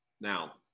Now